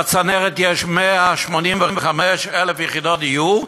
בצנרת יש 185,000 יחידות דיור,